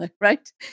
right